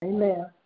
Amen